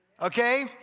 okay